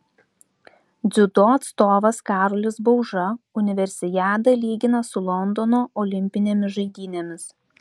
dziudo atstovas karolis bauža universiadą lygina su londono olimpinėmis žaidynėmis